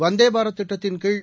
வந்தேபாரத் திட்டத்தின்கீழ்